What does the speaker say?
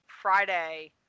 Friday